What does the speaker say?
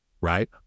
right